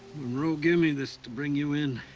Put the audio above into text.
monroe gave me this to bring you in.